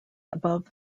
above